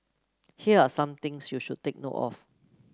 here are some things you should take note of